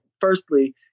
firstly